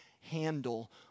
handle